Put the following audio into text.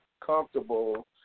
comfortable